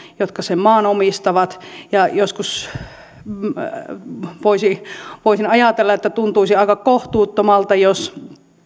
jotka sen maan omistavat ja joskus voisin ajatella että tuntuisi aika kohtuuttomalta jos